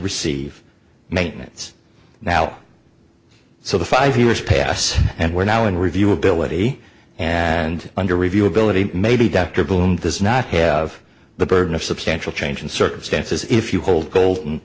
receive maintenance now so the five years pass and were now in review ability and under review ability maybe dr boom does not have the burden of substantial change in circumstances if you hold col